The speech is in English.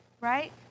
right